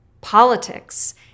Politics